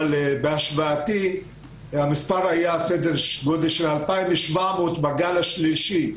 אבל הוא היה בסדר גודל של 2,700 בגל השלישי,